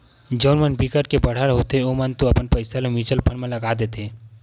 जउन मन बिकट के बड़हर होथे ओमन तो अपन पइसा ल म्युचुअल फंड म लगा देथे